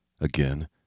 Again